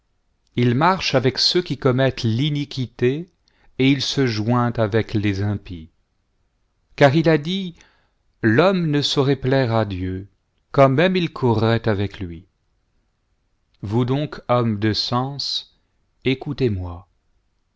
il marche avec ceux qui commettent l'iniquité et il se joint avec les impies car il a dit l'homme ne saurait plaire à diou quand même il courrait avec lui vous donc hommes de sens écoutezmoi